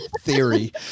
theory